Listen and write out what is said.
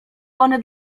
one